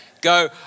go